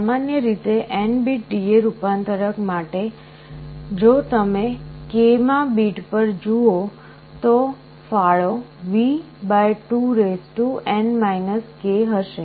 સામાન્ય રીતે N bit DA રૂપાંતરક માટે જો તમે k મા બીટ પર જુઓ તો ફાળો V2N k હશે